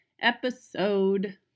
episode